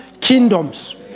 kingdoms